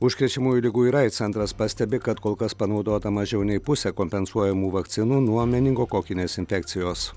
užkrečiamųjų ligų ir aids centras pastebi kad kol kas panaudota mažiau nei pusė kompensuojamų vakcinų nuo meningokokinės infekcijos